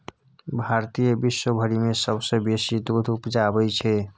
भारत विश्वभरि मे सबसँ बेसी दूध उपजाबै छै